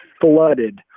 flooded